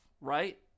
right